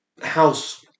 house